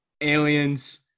aliens